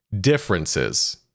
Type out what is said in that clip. differences